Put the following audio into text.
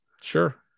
Sure